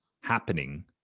happening